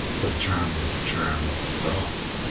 for the charm was the charm of the frost.